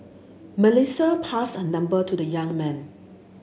Melissa passed her number to the young man